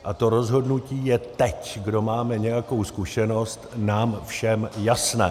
A to rozhodnutí je teď, kdo máme nějakou zkušenost, nám všem jasné.